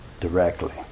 directly